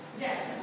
Yes